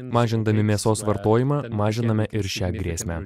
mažindami mėsos vartojimą mažiname ir šią grėsmę